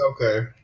okay